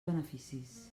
beneficis